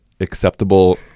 acceptable